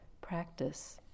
practice